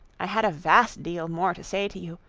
i had a vast deal more to say to you,